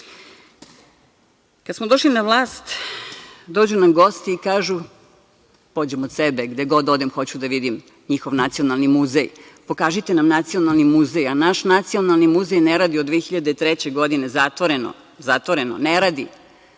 smo došli na vlast, dođu nam gosti i kažu, pođem od sebe, gde god odem hoću da vidim njihov nacionalni muzej, pokažite nam nacionalni muzej. Naš nacionalni muzej ne radi od 2003. godine, zatvoreno, ne radi.